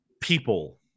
people